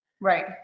Right